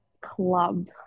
club